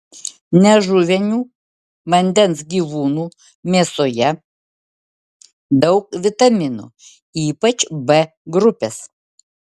nežuvinių vandens gyvūnų mėsoje daug vitaminų ypač b grupės